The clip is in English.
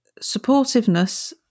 supportiveness